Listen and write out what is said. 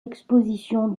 exposition